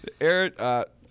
Eric